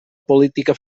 política